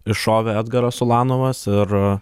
iššovė edgaras ulanovas ir